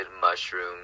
mushrooms